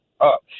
up